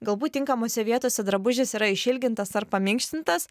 galbūt tinkamose vietose drabužis yra išilgintas ar paminkštintas